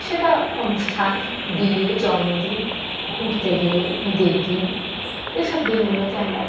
সেটা অনুষ্ঠান বিয়ে জন্মদিন ঘুরতে গেলে ঈদের দিন এসব দিনগুলোতে আমরা